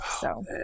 So-